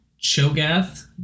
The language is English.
Cho'gath